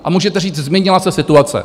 A můžete říct změnila se situace.